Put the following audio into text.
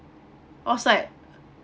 I was like